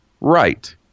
Right